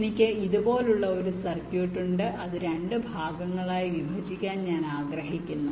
എനിക്ക് ഇതുപോലുള്ള ഒരു സർക്യൂട്ട് ഉണ്ട് അത് 2 ഭാഗങ്ങളായി വിഭജിക്കാൻ ഞാൻ ആഗ്രഹിക്കുന്നു